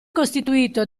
costituito